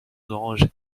orange